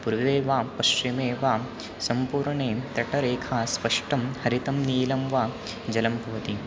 पुर्वे वा पश्चिमे वा सम्पुर्णे तटरेखा स्पष्टं हरितं नीलं वा जलं भवति